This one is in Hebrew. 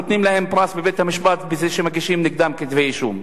נותנים להם פרס בבית-המשפט בזה שמגישים נגדם כתבי אישום.